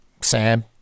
Sam